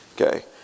Okay